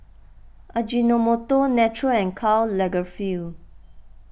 Ajinomoto Naturel and Karl Lagerfeld